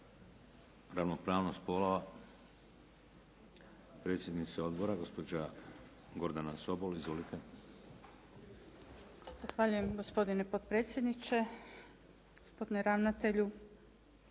Ravnopravnost spolova? Predsjednica odbora, gospođa Gordana Sobol. Izvolite. **Sobol, Gordana (SDP)** Zahvaljujem gospodine potpredsjedniče. Gospodine ravnatelju,